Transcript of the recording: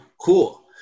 cool